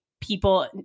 people